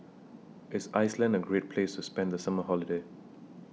IS Iceland A Great Place to spend The Summer Holiday